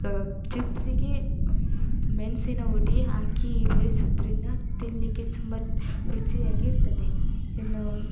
ಚಿಪ್ಸಿಗೆ ಮೆಣಸಿನಪುಡಿ ಹಾಕಿ ಬೆರೆಸುವುದ್ರಿಂದ ಅದು ತಿನ್ನಲಿಕ್ಕೆ ತುಂಬ ರುಚಿಯಾಗಿರ್ತದೆ ಇನ್ನೂ